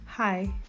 Hi